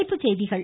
தலைப்புச் செய்திகள்